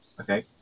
okay